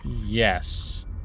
yes